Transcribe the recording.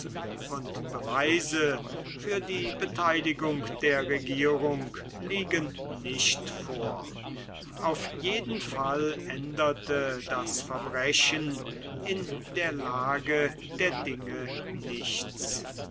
und beweise für die beteiligung der regierung liegen nicht vor auf jeden fall änderte das verbrechen in der lage der dinge nichts